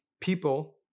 people